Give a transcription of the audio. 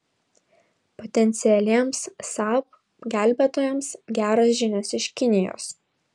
potencialiems saab gelbėtojams geros žinios iš kinijos